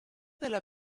della